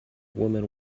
woman